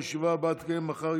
הישיבה הבאה תתקיים מחר,